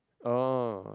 oh